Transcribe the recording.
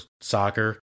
soccer